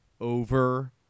Over